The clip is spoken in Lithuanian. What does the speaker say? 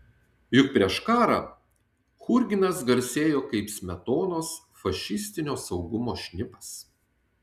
juk prieš karą churginas garsėjo kaip smetonos fašistinio saugumo šnipas